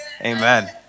Amen